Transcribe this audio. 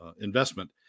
investment